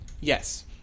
Yes